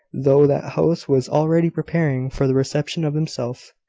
though that house was already preparing for the reception of himself,